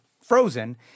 frozen